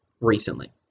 Recently